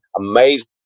amazing